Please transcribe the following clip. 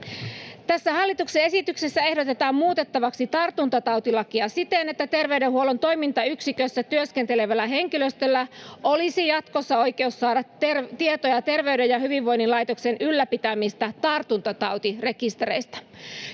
hallituksen esityksessä ehdotetaan muutettavaksi tartuntatautilakia siten, että terveydenhuollon toimintayksikössä työskentelevällä henkilöstöllä olisi jatkossa oikeus saada tietoja Terveyden ja hyvinvoinnin laitoksen ylläpitämistä tartuntatautirekistereistä.